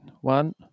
one